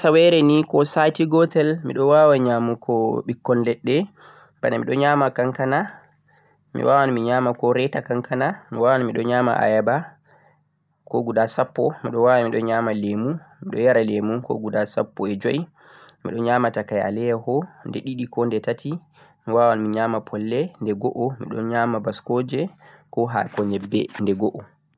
Haa asawere nii koh sati gotel miɗon wawa nyamugo ɓekkon leɗɗe bana Kankana, Ayaba, Lemu, Aleyaho, Polle, Baskoje koh hako nyebbe